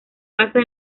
basa